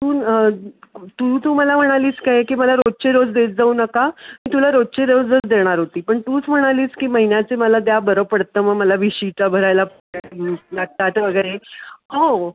तू तू तू मला म्हणालीस काय की मला रोजचे रोज देत जाऊ नका तुला रोजचे रोजच देणार होती पण तूच म्हणालीस की महिन्याचे मला द्या बरं पडतं मग मला भिशीच्या भरायला लागतात वगैरे हो